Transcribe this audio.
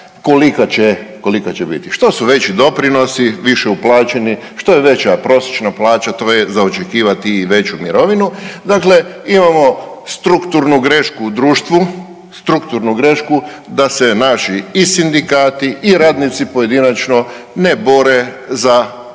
kolika će biti. Što su veći doprinosi, više uplaćeni, što je veća prosječna plaća to je za očekivati i veću mirovinu. Dakle, imamo strukturnu grešku u društvu, strukturnu društvu da se naši i sindikati i radnici pojedinačno ne bore za veće